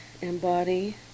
embody